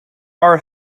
are